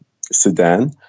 Sudan